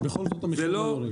ובכל זאת המחיר לא יורד.